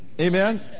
Amen